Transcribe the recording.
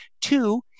Two